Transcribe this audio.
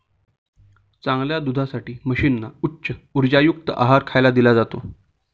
चांगल्या दुधासाठी म्हशींना उच्च उर्जायुक्त आहार खायला दिला जातो